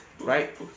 Right